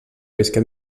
visqué